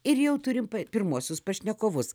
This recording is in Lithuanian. ir jau turim pirmuosius pašnekovus